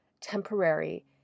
temporary